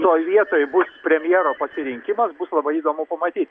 toj vietoj bus premjero pasirinkimas bus labai įdomu pamatyt